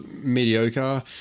mediocre